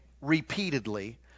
repeatedly